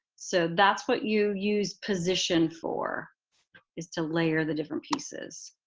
so that's what you use position for is to layer the different pieces.